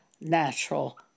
natural